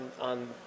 on